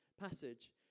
passage